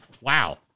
wow